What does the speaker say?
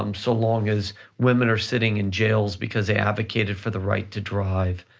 um so long as women are sitting in jails because they advocated for the right to drive